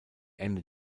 ende